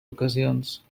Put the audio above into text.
ocasions